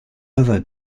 other